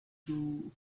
two